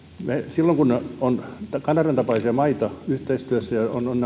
silloin kun on kanadan tapaisia maita yhteistyössä ja on